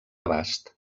abast